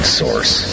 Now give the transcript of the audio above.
source